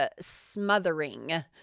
smothering